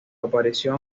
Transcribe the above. aparición